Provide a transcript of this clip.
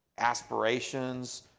aspirations,